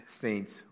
saints